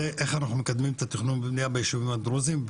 איך אנחנו מקדמים את התכנון והבנייה בישובים הדרוזים.